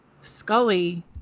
scully